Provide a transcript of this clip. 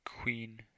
queen